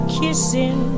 kissing